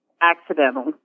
accidental